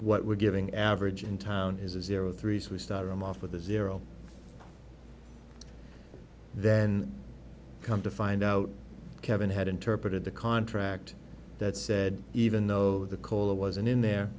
what we're giving average in town is a zero three so we started off with a zero then come to find out kevin had interpreted the contract that said even though the color wasn't in there